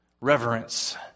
reverence